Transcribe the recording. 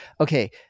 okay